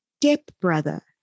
stepbrother